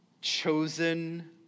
Chosen